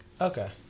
Okay